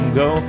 go